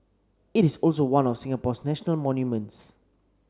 it is also one of Singapore's national monuments